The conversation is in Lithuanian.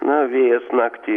na vėjas naktį